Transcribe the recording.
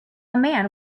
man